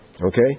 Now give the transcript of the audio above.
Okay